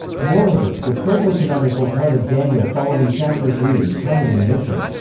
moreover, the protocanonical part of daniel following chapter three is commonly missing.